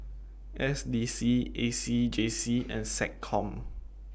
S D C A C J C and Seccom